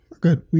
good